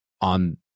on